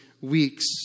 weeks